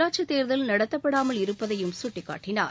உள்ளாட்சித் தேர்தல் நடத்தப்படாமல் இருப்பதையும் சுட்டிக்காட்டினார்